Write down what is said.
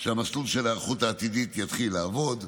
עד שהמסלול של היערכות עתידית יתחיל לעבוד.